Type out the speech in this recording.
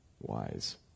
Wise